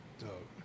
dope